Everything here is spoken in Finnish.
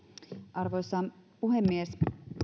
arvoisa puhemies